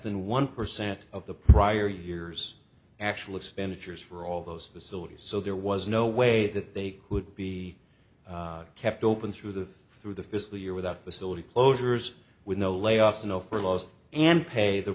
than one percent of the prior years actual expenditures for all those facilities so there was no way that they would be kept open through the through the fiscal year without facility closures with no layoffs no for laws and pay the